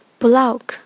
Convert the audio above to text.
block